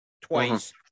twice